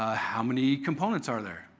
ah how many components are there?